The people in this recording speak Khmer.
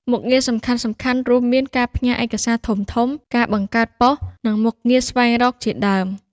មុខងារសំខាន់ៗរួមមាន ការផ្ញើឯកសារធំៗ ការបង្កើតប៉ុស្តិ៍ និងមុខងារស្វែងរកជាដើម។